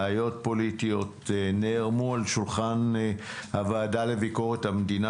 בעיות פוליטיות נערמו על שולחן הוועדה לביקורת המדינה,